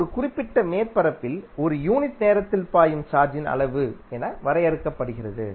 இது ஒரு குறிப்பிட்ட மேற்பரப்பில் ஒரு யூனிட் நேரத்தில் பாயும் சார்ஜின் அளவு என வரையறுக்கப்படுகிறது